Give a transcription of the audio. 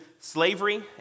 slavery